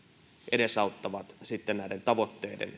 edesauttavat näiden tavoitteiden